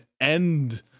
end